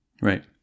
Right